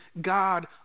God